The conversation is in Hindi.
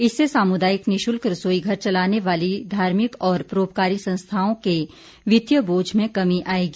इससे सामुदायिक निशुल्क रसोई घर चलाने वाली धार्मिक और परोपकारी संस्थाओं के वित्तिय बोझ में कमी आएगी